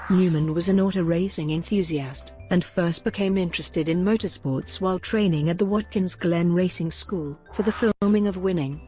newman was an auto racing enthusiast, and first became interested in motorsports while training at the watkins glen racing school for the filming of winning,